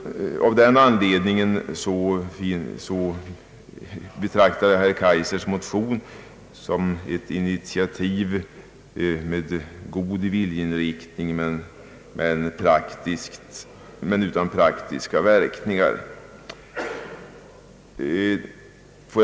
Av den anledningen betraktar jag herr Kaijsers motion som ett uttryck för god vilja men utan praktiska verkningar.